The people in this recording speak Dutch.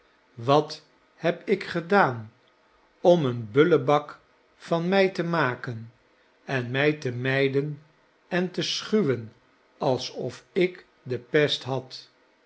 wat heb ik gedaan om een bullebak van mij te maken en mij te mijden en te schuwen alsof ik de pest had